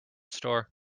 store